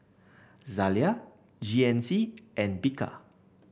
Zalia G N C and Bika